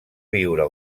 viure